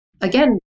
Again